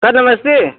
sir नमस्ते